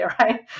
right